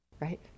right